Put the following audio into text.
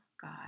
God